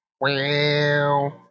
Wow